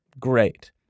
great